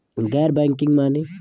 गैर बैंकिंग माने?